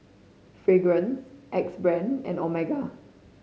Fragrance Axe Brand and Omega